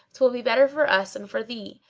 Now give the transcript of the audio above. twill be better for us and for thee.